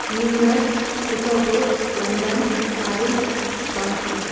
New York Chicago London Paris Bangkok